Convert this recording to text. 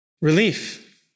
relief